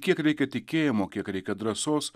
kiek reikia tikėjimo kiek reikia drąsos